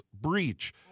breach